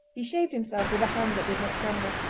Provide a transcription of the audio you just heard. he shaved himself with a hand that did not tremble,